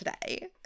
today